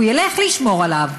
הוא ילך לשמור עליו,